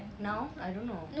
now I don't know